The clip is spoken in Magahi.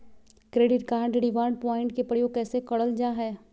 क्रैडिट कार्ड रिवॉर्ड प्वाइंट के प्रयोग कैसे करल जा है?